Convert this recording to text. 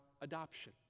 adoption